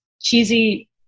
cheesy